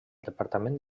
departament